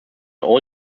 all